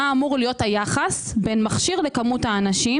מה אמור להיות היחס בין מכשיר לכמות האנשים